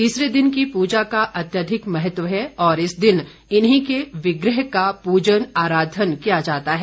तीसरे दिन की पूजा का अत्यधिक महत्व है और इस दिन इन्हीं के विग्रह का पूजन आराधन किया जाता है